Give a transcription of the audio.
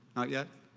not yet?